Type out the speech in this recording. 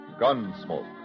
Gunsmoke